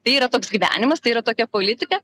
tai yra toks gyvenimas tai yra tokia politika